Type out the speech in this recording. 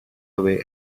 away